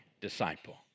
disciple